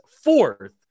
fourth